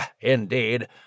Indeed